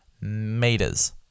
meters